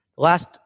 last